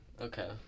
Okay